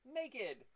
naked